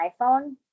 iPhone